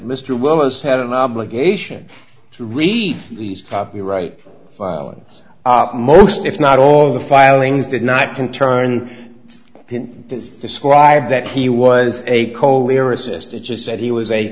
mr willis had an obligation to read these copyright filings most if not all of the filings did not can turn is described that he was a colyer assistant just said he was a